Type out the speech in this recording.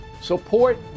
support